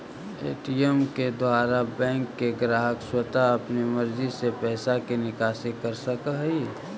ATM के द्वारा bank के ग्राहक स्वता अपन मर्जी से पैइसा के निकासी कर सकऽ हइ